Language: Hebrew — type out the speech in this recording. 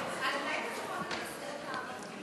אז אולי אתה גם זוכר את הסרט הערבי?